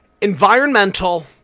environmental